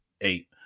eight